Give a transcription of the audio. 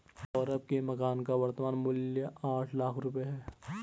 सौरभ के मकान का वर्तमान मूल्य आठ लाख रुपये है